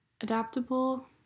Adaptable